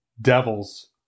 Devils